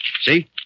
See